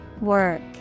Work